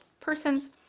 persons